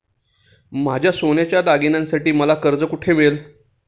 माझ्या सोन्याच्या दागिन्यांसाठी मला कर्ज कुठे मिळेल?